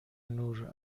نور